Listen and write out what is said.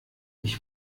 ich